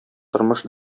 тормыш